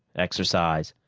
exercise,